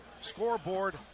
scoreboard